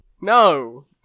No